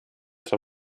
zur